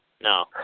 no